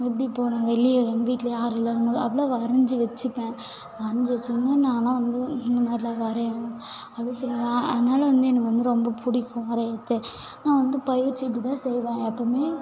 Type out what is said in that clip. எப்படி போகிறேன் வெளியே எங்கள் வீட்டில் யாரும் இல்லாதபோது அப்போலாம் வரைந்து வைச்சிப்பேன் வரைந்து வச்சேன்னா நாலாம் வந்து இந்தமாதிரிலாம் வரை அப்படி சொல்லுவேன் அதனால் வந்து எனக்கு வந்து ரொம்ப பிடிக்கும் வரைகிறது நான் வந்து பயிற்சி இப்படிதான் செய்வேன் எப்பவும்